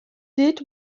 did